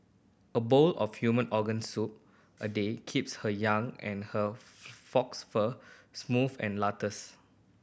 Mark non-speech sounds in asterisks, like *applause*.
a bowl of human organ soup a day keeps her young and her fox fur smooth and *unintelligible*